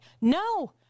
No